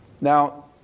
Now